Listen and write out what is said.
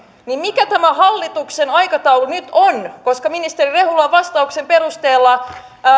mikä tämä hallituksen aikataulu nyt on ministeri rehulan vastauksen perusteella